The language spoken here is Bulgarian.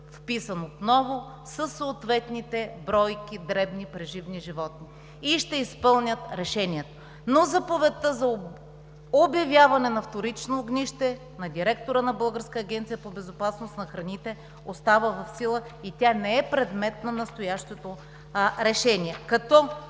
вписан отново със съответните бройки дребни преживни животни и ще изпълнят решението, но заповедта за обявяване на вторично огнище на директора на Българска агенция по безопасност на храните остава в сила и тя не е предмет на настоящото решение,